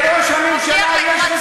נראה לך שמישהו היה עושה את זה,